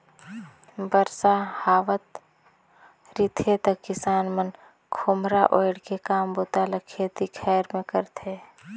बरसा हावत रिथे त किसान मन खोम्हरा ओएढ़ के काम बूता ल खेती खाएर मे करथे